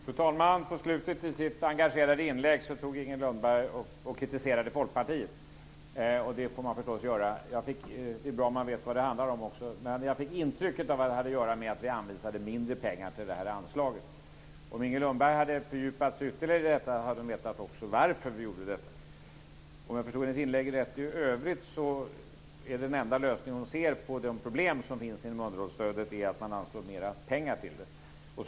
Fru talman! På slutet i sitt engagerande inlägg kritiserade Inger Lundberg Folkpartiet. Det får man förstås göra. Men det är bra om man också vet vad det handlar om. Jag fick intrycket av att det hade att göra med att vi anvisade mindre pengar till anslaget. Om Inger Lundberg hade fördjupat sig ytterligare i detta hade hon också vetat varför vi gjorde det. Om jag förstod hennes inlägg rätt i övrigt är den enda lösning hon ser på de problem som finns med underhållsstödet att man anslår mer pengar till det.